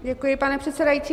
Děkuji, pane předsedající.